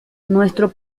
nuestro